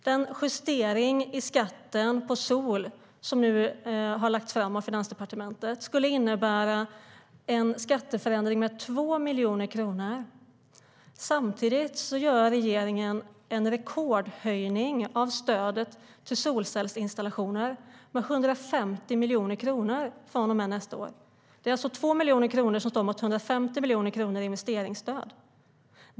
Den justering av skatten på sol som nu har lagts fram av Finansdepartementet skulle innebära en skatteförändring med 2 miljoner kronor. Samtidigt gör regeringen en rekordhöjning av stödet till solcellsinstallationer med 150 miljoner kronor från och med nästa år. Det är alltså 2 miljoner kronor som står mot 150 miljoner kronor i investeringsstöd.